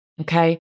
Okay